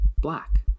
black